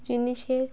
জিনিসের